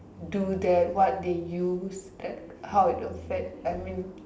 do that what they use that how it affect I mean